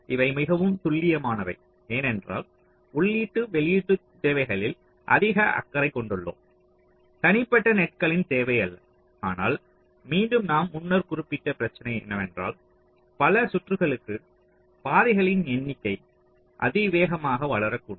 இவை மிகவும் துல்லியமானவை ஏனென்றால் உள்ளீட்டு வெளியீட்டுத் தேவைகளில் அதிக அக்கறை கொண்டுள்ளோம் தனிப்பட்ட நெட்களின் தேவை அல்ல ஆனால் மீண்டும் நாம் முன்னர் குறிப்பிட்ட பிரச்சனை என்னவென்றால் பல சுற்றுகளுக்கு பாதைகளின் எண்ணிக்கை அதிவேகமாக வளரக்கூடும்